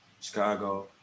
Chicago